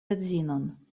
edzinon